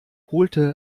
holte